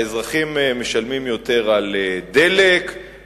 האזרחים משלמים יותר על דלק,